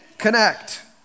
Connect